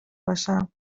باشم